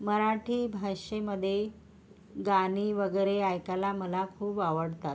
मराठी भाषेमध्ये गाणी वगैरे ऐकायला मला खूप आवडतात